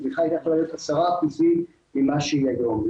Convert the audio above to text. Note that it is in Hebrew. התמיכה הייתה יכולה להיות 10% ממה שהיא היום.